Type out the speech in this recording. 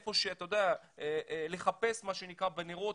לחפש בנרות,